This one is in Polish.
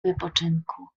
wypoczynku